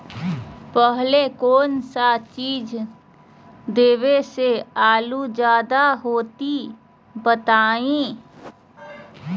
पहले कौन सा चीज देबे से आलू ज्यादा होती बताऊं?